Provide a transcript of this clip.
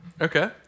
Okay